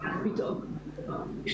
יש